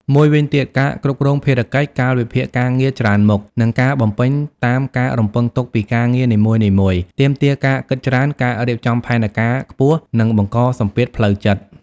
មួយវិញទៀតការគ្រប់គ្រងភារកិច្ច កាលវិភាគការងារច្រើនមុខ និងការបំពេញតាមការរំពឹងទុកពីការងារនីមួយៗ ទាមទារការគិតច្រើន ការរៀបចំផែនការខ្ពស់ និងបង្កសម្ពាធផ្លូវចិត្ត។